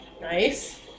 Nice